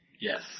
Yes